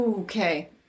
Okay